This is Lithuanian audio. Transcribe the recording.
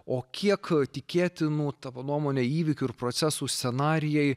o kiek tikėtinų tavo nuomone įvykių ir procesų scenarijai